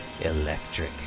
electric